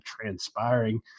transpiring